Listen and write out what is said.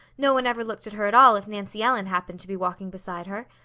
no one ever looked at her at all if nancy ellen happened to be walking beside her.